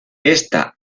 está